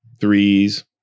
threes